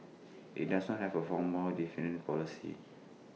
IT doesn't have A formal dividend policy